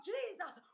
Jesus